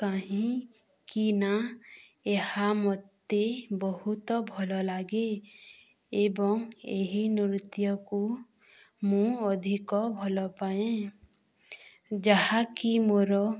କାହିଁକିିନା ଏହା ମୋତେ ବହୁତ ଭଲ ଲାଗେ ଏବଂ ଏହି ନୃତ୍ୟକୁ ମୁଁ ଅଧିକ ଭଲପାଏ ଯାହାକି ମୋର